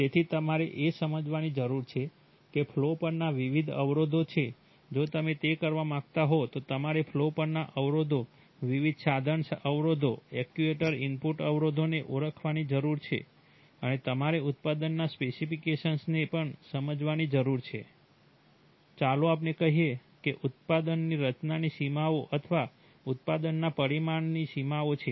તેથી તમારે એ સમજવાની જરૂર છે કે ફ્લૉ પરના વિવિધ અવરોધો છે જો તમે તે કરવા માંગતા હો તો તમારે ફ્લૉ પરના અવરોધો વિવિધ સાધન અવરોધો એક્ચ્યુએટર ઇનપુટ અવરોધોને ઓળખવાની જરૂર છે અને તમારે ઉત્પાદનના સ્પેસિફિકેશન્સ ને પણ સમજવાની જરૂર છે ચાલો આપણે કહીએ કે તે ઉત્પાદનની રચનાની સીમાઓ અથવા ઉત્પાદનના પરિમાણની સીમાઓ છે